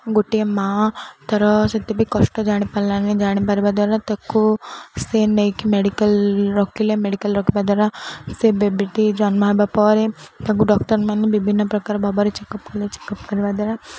ଗୋଟିଏ ମା' ତା'ର ସେତ ବିି କଷ୍ଟ ଜାଣିପାରିଲାନି ଜାଣିପାରିବା ଦ୍ୱାରା ତାକୁ ସେ ନେଇକି ମେଡ଼ିକାଲ ରଖିଲେ ମେଡ଼ିକାଲ ରଖିବା ଦ୍ୱାରା ସେ ବେବିଟି ଜନ୍ମ ହେବା ପରେ ତାକୁ ଡକ୍ଟର ମାନେ ବିଭିନ୍ନ ପ୍ରକାର ଭାବରେ ଚେକ୍ ଅପ୍ କଲେ ଚେକ୍ ଅପ୍ କରିବା ଦ୍ୱାରା